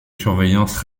surveillance